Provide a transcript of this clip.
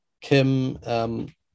Kim